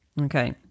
Okay